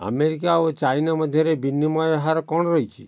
America ଓ China ମଧ୍ୟରେ ବିନିମୟ ହାର କ'ଣ ରହିଛି